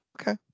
Okay